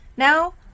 Now